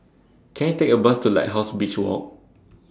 Can I Take A Bus to Lighthouse Beach Walk